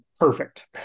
Perfect